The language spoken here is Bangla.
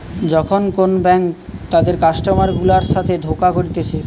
যখন কোন ব্যাঙ্ক তাদের কাস্টমার গুলার সাথে ধোকা করতিছে